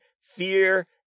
Fear